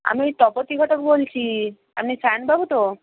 আমি ওই তপতী ঘটক বলছি আপনি সায়ন বাবু তো